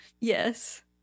Yes